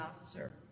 officer